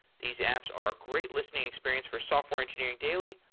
these apps are a great lis tening experience for software engineering daily.